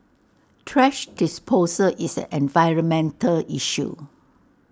thrash disposal is environmental issue